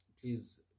please